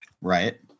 Right